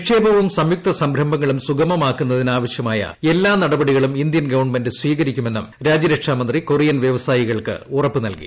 നിക്ഷേപവും സംയുക്ത സംരംഭങ്ങളും സുഗമമാക്കുന്നതിന് ആവശ്യമായ എല്ലാ നടപടികളും ഇന്ത്യൻ ഗവൺമെന്റ് സ്വീകരിക്കുമെന്നും രാജ്യരക്ഷാ മന്ത്രി കൊറിയൻ വ്യവസായികൾക്ക് ഉറപ്പ് നൽകി